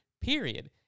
period